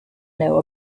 know